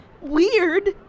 weird